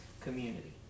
community